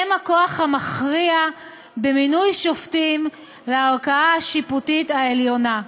הם הכוח המכריע במינוי שופטים לערכאה השיפוטית העליונה.